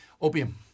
Opium